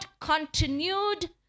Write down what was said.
continued